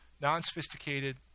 non-sophisticated